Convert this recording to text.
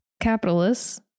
capitalists